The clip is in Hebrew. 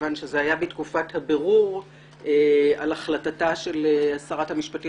מכיוון שזה היה בתקופת הבירור על החלטתה של שרת המשפטים